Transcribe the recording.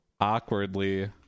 awkwardly